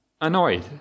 annoyed